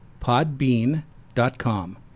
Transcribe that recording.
podbean.com